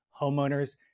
homeowners